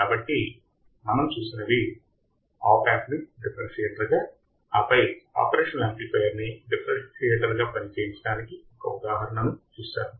కాబట్టి మనం చూసినవి ఆప్ యాంప్ ని డిఫరెన్షియేటర్గా ఆ పై ఆపరేషనల్ యాంప్లిఫైయర్ ని డిఫరెన్షియేటర్గా పనిచేయించటానికి ఒక ఉదాహరణను చూశాము